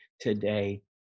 today